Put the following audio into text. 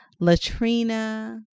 latrina